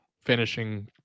finishing